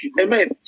Amen